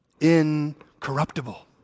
incorruptible